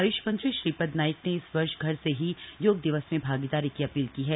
आय्ष मंत्री श्रीपद यसो नाइक ने इस वर्ष घर से ही योग दिवस में भागीदारी की अपील की है